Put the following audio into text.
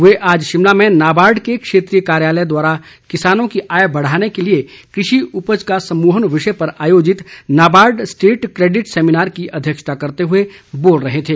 वे आज शिमला में नाबार्ड के क्षेत्रीय कार्यालय द्वारा किसानों की आय बढ़ाने के लिए कृषि उपज का समूहन विषय पर आयोजित नाबार्ड स्टेट केडिट सेमिनार की अध्यक्षता करते हुए बोल रहे थे